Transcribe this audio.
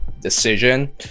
decision